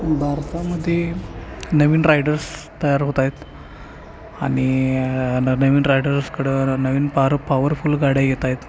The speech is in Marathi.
भारतामध्ये नवीन रायडर्स तयार होत आहेत आणि न नवीन रायडर्सकडं र नवीन पार पॉवरफुल गाड्या येत आहेत